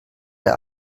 der